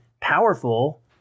powerful